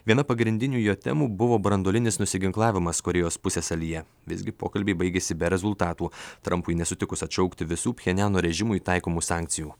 viena pagrindinių jo temų buvo branduolinis nusiginklavimas korėjos pusiasalyje visgi pokalbiai baigėsi be rezultatų trampui nesutikus atšaukti visų pchenjano režimui taikomų sankcijų